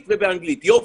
יופי,